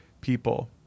people